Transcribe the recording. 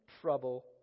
trouble